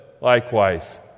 likewise